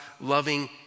loving